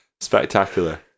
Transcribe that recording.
spectacular